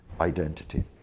identity